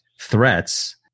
threats